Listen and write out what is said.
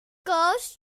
curves